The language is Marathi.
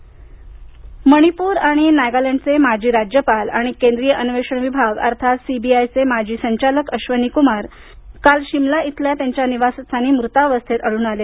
अश्विनी कमार निधन मणीपुर आणि नागालँडचे माजी राज्यपाल आणि केंद्रीय अन्वेषण विभाग अर्थात सीबीआयचे माजी संचालक अश्विनी कुमार काल शिमला इथल्या त्यांच्या निवासस्थानी मृतावस्थेत आढळून आले